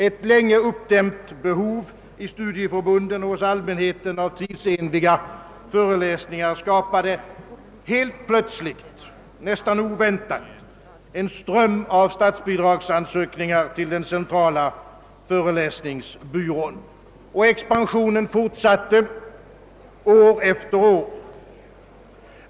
Ett länge uppdämt behov inom studieförbunden och hos allmänheten av tidsenliga föreläsningar skapade helt plötsligt, nästan oväntat, en ström av statsbidragsansökningar till den centrala föreläsningsbyrån, och «expansionen fortsatte år efter år.